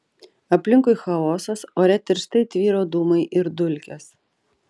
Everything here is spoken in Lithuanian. aplinkui chaosas ore tirštai tvyro dūmai ir dulkės